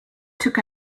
took